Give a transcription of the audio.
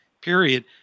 period